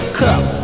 cup